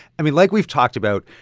i mean, like we've talked about,